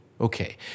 Okay